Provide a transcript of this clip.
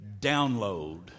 download